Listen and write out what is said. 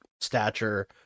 stature